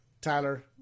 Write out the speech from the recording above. Tyler